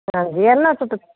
ਹਾਂਜੀ ਇਹਨਾਂ ਚੋਂ ਤਾਂ